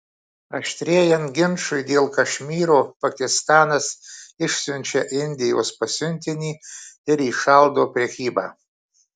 aštrėjant ginčui dėl kašmyro pakistanas išsiunčia indijos pasiuntinį ir įšaldo prekybą